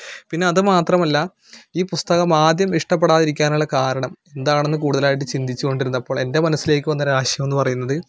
പിന്നെ അത് മാത്രമല്ല ഈ പുസ്തകം ആദ്യം ഇഷ്ടപ്പെടാതിരിക്കാനുള്ള കാരണം എന്താണെന്ന് കൂടുതലായിട്ട് ചിന്തിച്ച് കൊണ്ടിരുന്നപ്പൊൾ എൻ്റെ മനസ്സിലേക്ക് വന്ന ഒരാശയം എന്ന് പറയുന്നത്